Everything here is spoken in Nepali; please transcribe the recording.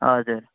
हजुर